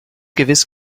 gewiss